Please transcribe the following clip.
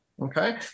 Okay